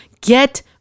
Get